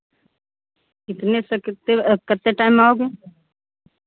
कितने से कितने कितने टाइम में आओगे